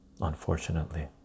unfortunately